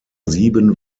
sieben